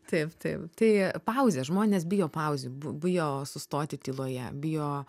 taip taip tai pauzė žmonės bijo pauzių bu bijo sustoti tyloje bijo